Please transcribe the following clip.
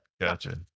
Gotcha